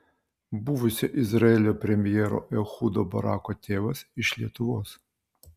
buvusio izraelio premjero ehudo barako tėvas iš lietuvos